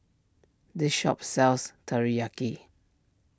this shop sells Teriyaki